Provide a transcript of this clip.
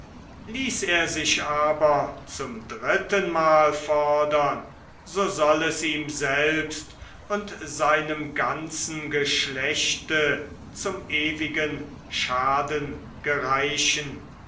ließ er sich aber zum drittenmal fordern so soll es ihm selbst und seinem ganzen geschlecht zum ewigen schaden gereichen